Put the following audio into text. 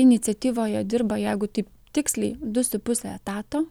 iniciatyvoje dirba jeigu taip tiksliai du su puse etato